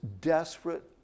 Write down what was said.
desperate